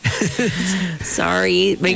Sorry